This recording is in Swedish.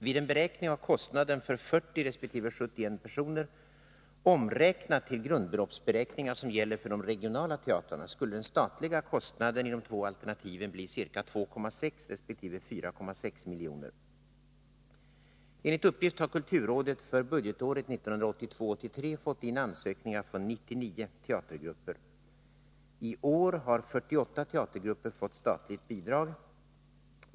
Vid en beräkning av kostnaden för 40 resp. 71 personer, omräknat till grundbeloppsberäkningar som gäller för de regionala teatrarna, skulle den statliga kostnaden genom de två alternativen bli ca 2,6 resp. 4,6 milj.kr. Enligt uppgift har kulturrådet för budgetåret 1982/83 fått in ansökningar från 99 teatergrupper. I år har 48 teatergrupper fått statligt bidrag.